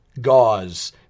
gauze